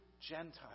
Gentiles